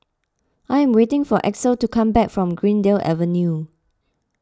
I am waiting for Axel to come back from Greendale Avenue